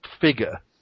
figure